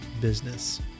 business